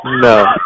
No